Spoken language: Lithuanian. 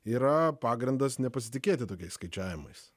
yra pagrindas nepasitikėti tokiais skaičiavimais